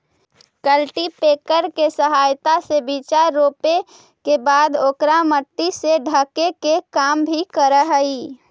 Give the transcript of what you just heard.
cultipacker के सहायता से बीचा रोपे के बाद ओकरा मट्टी से ढके के काम भी करऽ हई